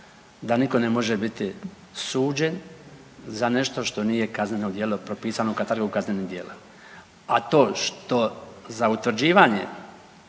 da niko ne može biti suđen za nešto što nije kazneno djelo propisano …/Govornik se ne razumije/…kaznenim dijelom. A to što za utvrđivanje,